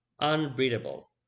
unbreathable